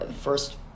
first